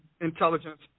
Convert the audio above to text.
intelligence